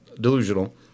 delusional